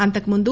అంతకుముందు